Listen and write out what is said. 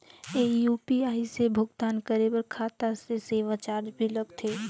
ये यू.पी.आई से भुगतान करे पर खाता से सेवा चार्ज भी लगथे?